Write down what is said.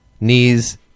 knees